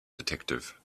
detective